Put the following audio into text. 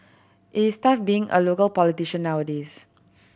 it is tough being a local politician nowadays